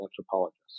anthropologists